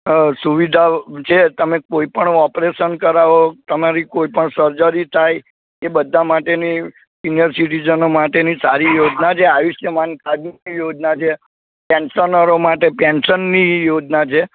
સુવિધા છે તમે કોઈપણ ઓપરેશન કરાવો તમારી કોઈપણ સર્જરી થાય એ બધા માટેની સિનિયર સિટીજનો માટેની સારી યોજના આયુષ્યમાન કાર્ડની યોજના છે પેન્સનો માટે પેન્સનની યોજના છે